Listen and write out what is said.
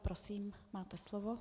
Prosím, máte slovo.